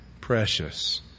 precious